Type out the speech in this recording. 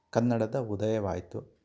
ಕನ್ನಡದ ಉದಯವಾಯ್ತು